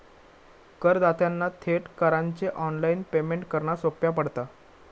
करदात्यांना थेट करांचे ऑनलाइन पेमेंट करना सोप्या पडता